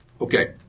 Okay